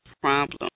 problem